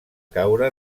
caure